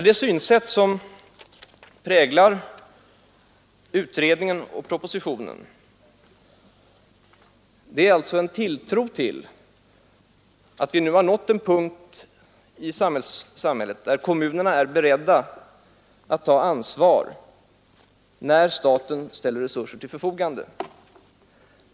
Det synsätt som präglar utredningen och propositionen är alltså en tilltro till att vi nu har nått en punkt i samhället där kommunerna är beredda att ta ansvar när staten ställer resurser till förfogande.